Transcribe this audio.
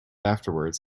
afterwards